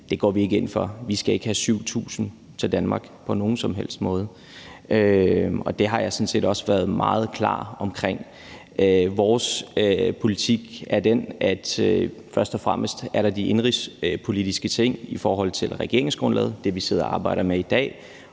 går vi ikke ind for. Vi skal ikke have 7.000 til Danmark på nogen som helst måde, og det har jeg sådan set også været meget klar omkring. Vores politik er den, at der først og fremmest er de indenrigspolitiske ting i forhold til regeringsgrundlaget. Det er det, vi